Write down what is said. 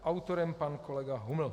Autorem je pan kolega Huml.